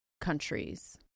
countries